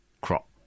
crop